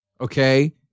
okay